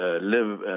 live